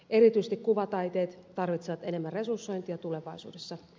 erityisesti kuvataiteet tarvitsevat enemmän resursointia tulevaisuudessa